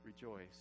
Rejoice